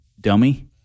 Dummy